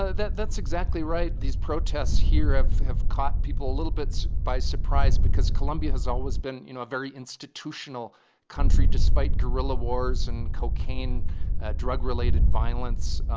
ah that's exactly right. these protests here have have caught people a little bit by surprise because colombia has always been, you know, a very institutional country despite guerrilla wars and cocaine drug-related violence.